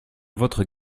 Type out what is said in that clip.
votre